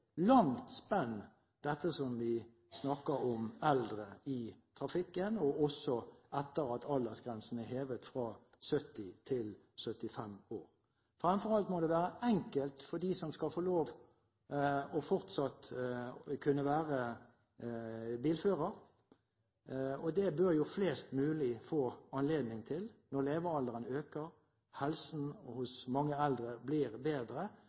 langt spenn når vi snakker om eldre i trafikken, også etter at aldersgrensen er hevet fra 70 til 75 år. Fremfor alt må det være enkelt for dem som fortsatt skal få lov til å være bilførere, og det bør flest mulig få anledning til. Når levealderen øker, og helsen hos mange eldre blir bedre,